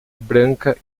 branca